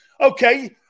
Okay